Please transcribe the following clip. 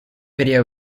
video